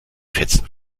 fetzen